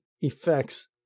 effects